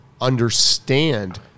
understand